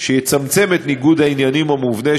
אבל לעניין הזה,